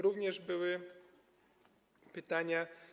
Również były pytania.